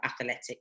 athletic